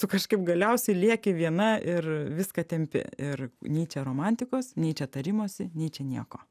tu kažkaip galiausiai lieki viena ir viską tempi ir nei čia romantikos nei čia tarimosi nei čia nieko